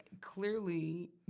clearly